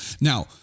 now